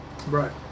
Right